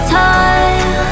time